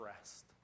rest